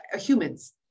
humans